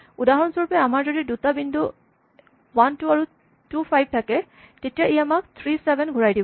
উদাহৰণস্বৰূপে আমাৰ যদি দুটা বিন্দু ১২ আৰু ২ ৫ থাকে তেতিয়া ই আমাক ৩ ৭ ঘূৰাই দিব